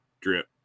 Drip